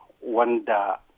Wanda